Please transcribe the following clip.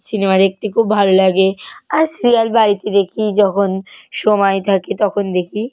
cinema দেখতে খুব ভালো লাগে আর সিরিয়াল বাড়িতে দেখি যখন সময় থাকে তখন দেখি